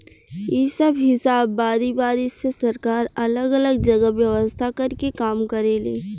इ सब हिसाब बारी बारी से सरकार अलग अलग जगह व्यवस्था कर के काम करेले